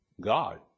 God